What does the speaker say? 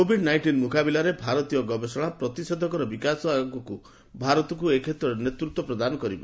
Covid nineteen ମୁକାବିଲାରେ ଭାରତୀୟ ଗବେଷଣା ପ୍ରତିଷେଧକର ବିକାଶ ଆଗକୁ ଭାରତକୁ ଏ କ୍ଷେତ୍ରରେ ନେତୃତ୍ୱ ପ୍ରଦାନ କରିବ